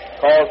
calls